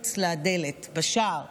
מחוץ לדלת, בשער.